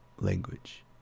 language